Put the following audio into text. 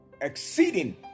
exceeding